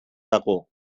dago